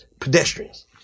Pedestrians